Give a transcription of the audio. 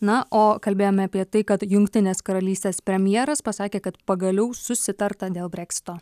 na o kalbėjome apie tai kad jungtinės karalystės premjeras pasakė kad pagaliau susitarta dėl breksito